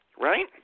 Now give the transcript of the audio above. Right